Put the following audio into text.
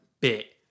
bit